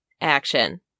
action